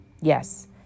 Yes